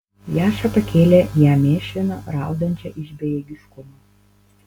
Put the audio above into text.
jaša pakėlė ją mėšliną raudančią iš bejėgiškumo